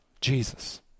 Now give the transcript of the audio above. Jesus